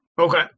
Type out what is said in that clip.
okay